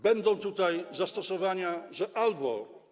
Będą takie zastosowania, że albo.